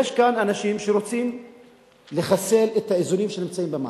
יש כאן אנשים שרוצים לחסל את האיזונים שנמצאים במערכת.